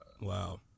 wow